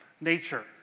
nature